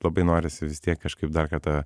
labai norisi vis tiek kažkaip dar kartą